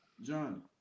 John